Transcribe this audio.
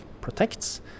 protects